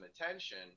attention